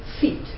feet